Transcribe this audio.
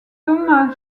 thomas